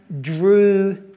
drew